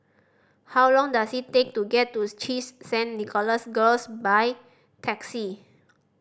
how long does it take to get to CHIJ Saint Nicholas Girls by taxi